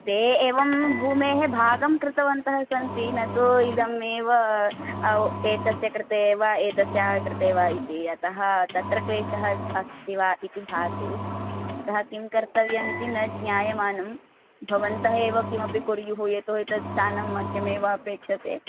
ते एवं भूमेः भागं कृतवन्तः सन्ति न तु इदम् एव औ एतस्य कृते एव एतस्याः कृते एव इति अतः तत्र क्लेशः अस्ति वा इति भाति अतः किं कर्तव्यम् इति न ज्ञायमानम् भवन्तः एव किमपि कुर्युः यतोहि तत् स्थानं मह्यमेव अपेक्षते